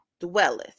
dwelleth